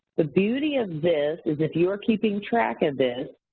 the beauty of this is if you are keeping track of this,